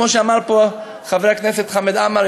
כמו שאמר פה חבר הכנסת חמד עמאר,